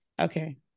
Okay